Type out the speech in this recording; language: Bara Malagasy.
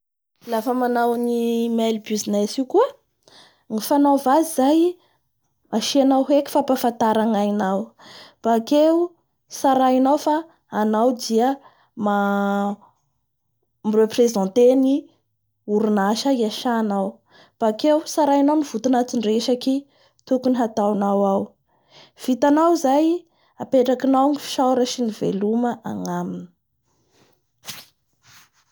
Lafa manao any mail business io koa, ny fanaova azy zay asianao heky fampafantara ny ainao, bakeo tsarainao fa anao dia ma-mi-representer ny oronasa iasanao, bakeo tsarainao ny votoantondresaky tokony hataonao ao, vitanao zay apetrakinao ny fisaora sy ny veloma agnaminy.